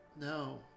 no